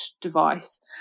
device